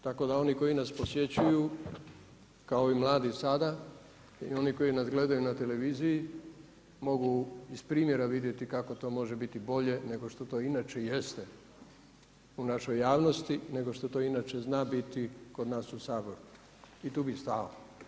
Tako da oni koji nas posjećuju kao i mladi sada i oni koji nas gledaju na televiziji mogu iz primjera vidjeti kako to može biti bolje nego što to inače jeste u našoj javnosti, nego što to inače zna biti kod nas u Saboru i tu bih stao.